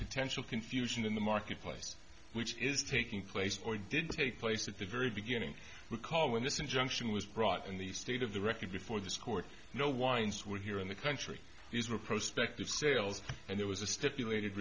potential confusion in the marketplace which is taking place or did take place at the very beginning recall when this injunction was brought in the state of the record before this court no winds were here in the country these were prospect of sales and there was a stipulated